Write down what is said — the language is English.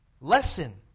lesson